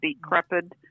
decrepit